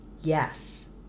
yes